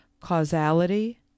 causality